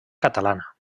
catalana